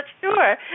sure